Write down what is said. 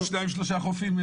(מדבר בשפה האנגלית להלן התרגום החופשי)